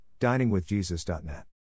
diningwithjesus.net